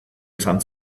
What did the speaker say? izan